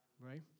Right